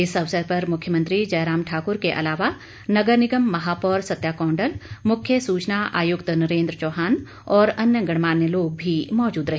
इस अवसर पर मुख्यमंत्री जयराम ठाक्र के अलावा नगर निगम महापौर सत्या कौंडल मुख्य सुचना आयुक्त नरेंद्र चौहान और अन्य गणमान्य लोग भी मौजूद रहे